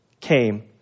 came